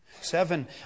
Seven